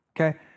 okay